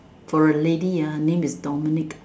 for a lady ah her name is Dominique